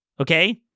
Okay